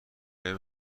آیا